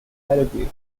paraguay